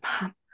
Mom